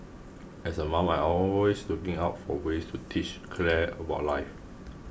as a mom always looking out for ways to teach Claire about life